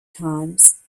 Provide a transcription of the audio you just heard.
times